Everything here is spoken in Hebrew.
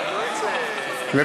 אדוני יפסיק, שיהיה שקט.